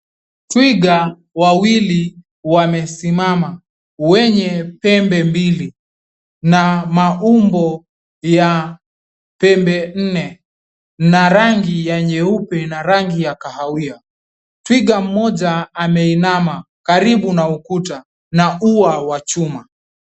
Twiga wawili wamesimama wenye pembe mbili na maumbo ya pembe nne na rangi ya nyeupe na rangi ya kahawia. Twiga mmoja ameinama karibu na ukuta na ua wa chuma.